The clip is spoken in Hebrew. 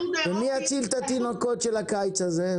מבחינת האיחוד האירופאי --- ומי יציל את התינוקות בקיץ הזה?